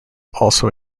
also